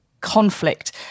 conflict